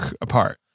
apart